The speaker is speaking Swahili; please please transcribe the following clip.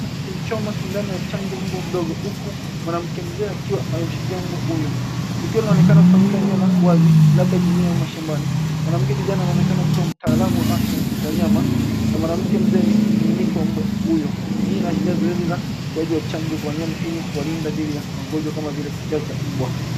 Akimchoma sindano ya chanjo umbwa mdogo huku mwanamke mzee akiwa amemshikilia umbwa uyo. Tukio inaonekana kufanyika eneo la wazi labda kijijini au mashambani, mwanamke kijana anaonekana kuwa mtaalamu wa afya wanyama na mwanake mzee ni miliki wa umbwa uyo. Hii ina ashiria upewaji wa chanjo kwa wanyama ili kuwalinda dhidi ya magonjwa kama vile kichaa cha umbwa.